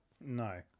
No